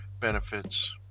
benefits